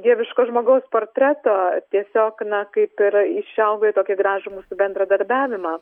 dieviško žmogaus portreto tiesiog na kaip ir išauga į tokį gražų bendradarbiavimą